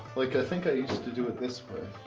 like, i think i used to do it this way.